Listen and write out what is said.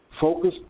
Focus